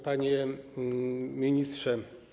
Panie Ministrze!